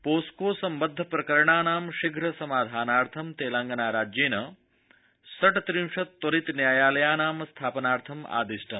POCSO सम्बद्ध प्रकरणानां शीघ्र समाधानार्थं तेलंगाना राज्येन षट्रिंशत् त्वरित न्यायालयानां स्थापनार्थं आद्विष्टम्